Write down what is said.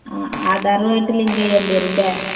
ആ ആധാറുമായിട്ട് ലിങ്ക് ചെയ്യേണ്ടി വരും അല്ലേ